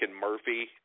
Murphy